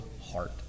heart